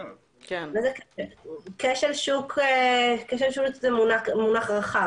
כשל שוק זה מונח רחב.